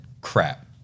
crap